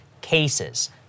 cases